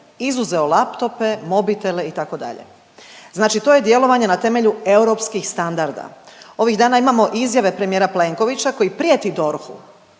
izuzeo laptope, mobitele itd., znači to je djelovanje na temelju europskih standarda. Ovih dana imamo izjave premijera Plenkovića koji prijeti DORH-u